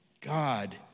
God